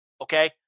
Okay